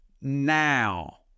Now